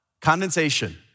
condensation